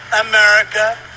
America